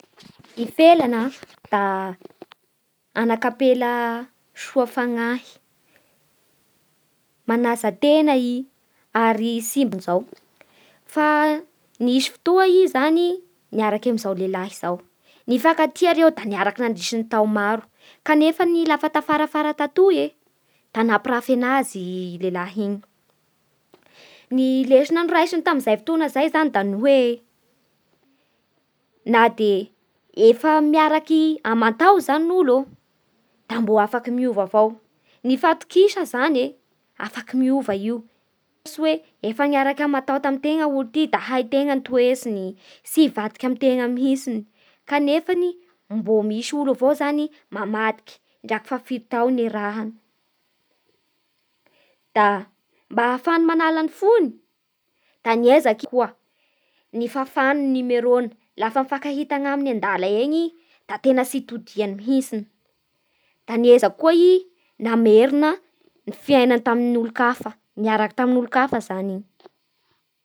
I Felana da anakam-pela soa fanahy, manajatena i ary tsy zao. Nisy fotoa i zany niaraky amin'izay lehilahy zao. Nifankatia reo da niaraky mandritran'ny tao maro. Kanefa lafa tafarafara tatoy da nampirafy anazy lehilahy iny. Ny lesona noraisiny tamin'izay fotoana izay da ny hoe na de fa miaraky aman-taony zany ny olo da mbô afaky miova avao. Ny fatokisa zany e, afaky miova io fa tsy hoe efa niaraky amantaony tamin'ny tena olo ty da haintegna ny toetsiny, tsy hivadiky amin'ny tena mihitsiny. Kanefany mbô misy olo avao mamadiky draky fa firy tao niarahany. Da mba ahafahany manala ny fony da niezaky koa nifafany ny nimerony. Lafa mifankahita anaminy andala eny da tena tsy itodihany mihintsiny. Da niezaky koa i namerina ny fifainany tamin'ny olon-kafa. Niaraky tamin'ny olon-kafa zany i.